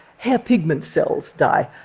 hair pigment cells die.